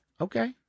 okay